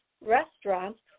restaurants